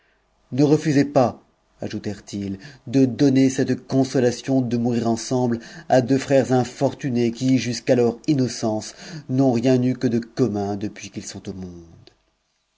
ne refusez pas ajoutèrent-ils de donner cette consolation de mourir ensemble à deux frères infortunés qui jusqu'à leur innocence n'ont rien eu que de commun depuis qu'ils sont au monde